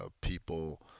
people